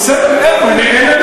בסדר גמור,